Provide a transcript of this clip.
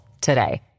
today